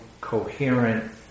coherent